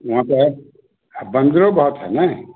वहाँ पर बंदर बहुत हैं ना